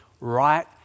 right